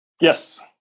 Yes